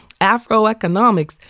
Afroeconomics